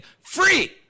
free